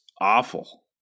awful